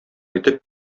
итеп